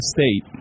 State